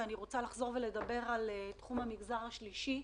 אני רוצה לדבר על תחום המגזר השלישי.